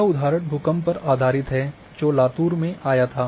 यह उदाहरण भूकंप पर आधारित है जो लातूर में आया था